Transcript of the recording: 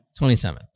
27